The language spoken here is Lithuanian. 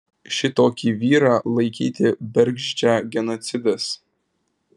šitokį vyrą laikyti bergždžią genocidas